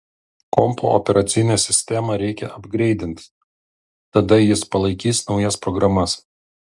kompo operacinę sistemą reikia apgreidinti tada jis palaikys naujas programas